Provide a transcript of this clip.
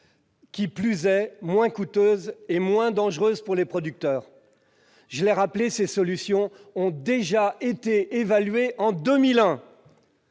aux pesticides, moins coûteuses et moins dangereuses pour les producteurs. Je l'ai rappelé, ces solutions ont déjà été évaluées en 2001.